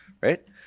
right